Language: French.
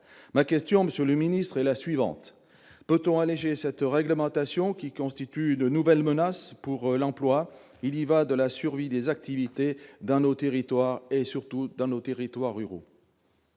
Ma question, monsieur le ministre, est la suivante : peut-on alléger cette réglementation, qui constitue une nouvelle menace pour l'emploi ? Il y va de la survie de l'activité économique dans nos territoires, surtout dans les territoires ruraux.